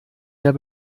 der